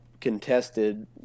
Contested